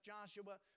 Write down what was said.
Joshua